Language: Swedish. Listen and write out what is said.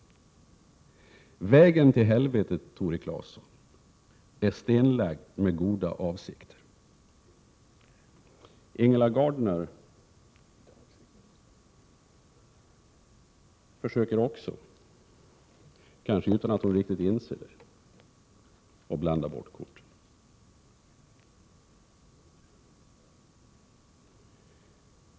Vägen till helvetet, Tore Claeson, är stenlagd med goda avsikter. Ingela Gardner försöker också, kanske utan att hon riktigt inser det, att blanda bort korten.